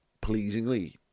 pleasingly